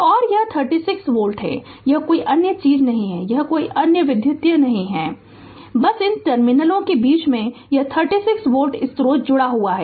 तो और यह 36 वोल्ट है और यह कोई अन्य चीज नहीं है यह कोई अन्य विद्युत नहीं है संदर्भ समय 10 36 बस इन टर्मिनलों के बीच में यह 36 वोल्ट स्रोत जुड़ा हुआ है